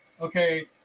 okay